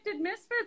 Misfits